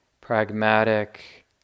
pragmatic